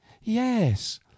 Yes